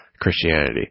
Christianity